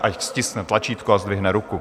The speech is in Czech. Ať stiskne tlačítko a zdvihne ruku.